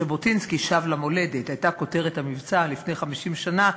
"ז'בוטינסקי שב למולדת" הייתה כותרת המבצע לפני 50 שנה,